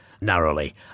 narrowly